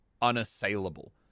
unassailable